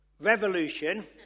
revolution